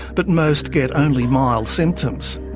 but most get only mild symptoms.